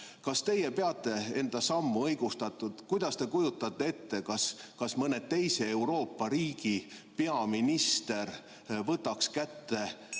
Kas teie peate enda sammu õigustatuks? Kas te kujutate ette, et mõne teise Euroopa riigi peaminister võtaks kätte